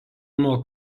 nuo